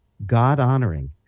God-honoring